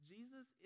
Jesus